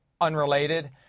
unrelated